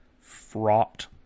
fraught